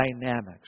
dynamics